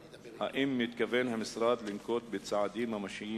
3. האם המשרד מתכוון לנקוט צעדים ממשיים